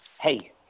hey